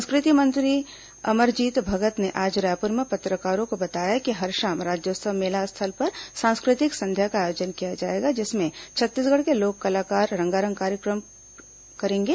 संस्कृति मंत्री अमरजीत भगत ने आज रायपुर में पत्रकारों को बताया कि हर शाम राज्योत्सव मेला स्थल पर सांस्कृतिक संध्या का आयोजन किया जाएगा जिसमें छत्तीसगढ के लोक कलाकार रंगारंग कार्यक्रमों की प्रस्तुति देंगे